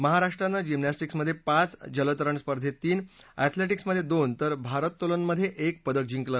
महाराष्ट्रानं जिमनॉस्टिक्समधे पाच जलतरण स्पर्धेत तीन अध्यलेटिक्समधे दोन तर भारोत्तोलनमधे एक पदक जिंकलं